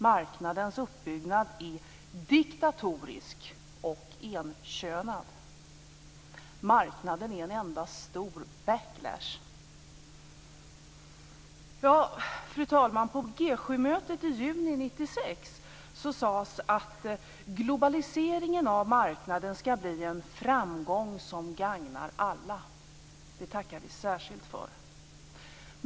Marknadens uppbyggnad är diktatorisk och enkönad. Marknaden är en enda stor backlash. Fru talman! På G 7-mötet i juni 1996 sades det att globaliseringen av marknaden skall bli en framgång som gagnar alla. Det tackar vi särskilt för.